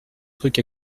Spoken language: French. trucs